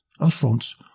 Alphonse